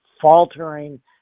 faltering